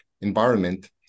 environment